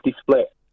split